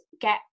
get